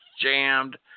jammed